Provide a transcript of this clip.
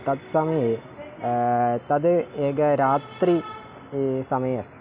तत्समये तत् एकः रात्रिसमयः अस्ति